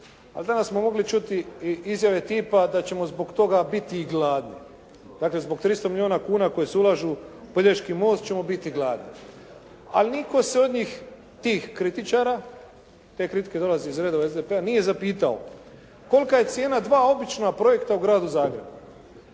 a danas smo mogli čuti i izjave tipa da ćemo zbog toga biti i gladni. Dakle, zbog 300 milijuna kuna koje se ulažu u Pelješki most ćemo biti gladni. Ali nitko se od njih, tih kritičara. Te kritike dolaze iz redova dolaze iz SDP-a nije zapitao kolika je cijena dva obična projekta u Gradu Zagrebu?